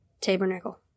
tabernacle